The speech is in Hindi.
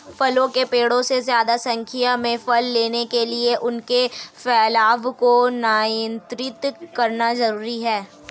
फलों के पेड़ों से ज्यादा संख्या में फल लेने के लिए उनके फैलाव को नयन्त्रित करना जरुरी है